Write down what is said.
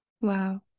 Wow